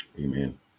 amen